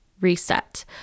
reset